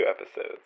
episodes